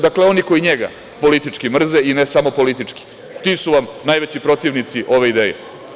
Dakle, koji njega politički mrze i ne samo politički, ti su vam najveći protivnici ove ideje.